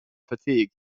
fatigue